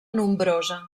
nombrosa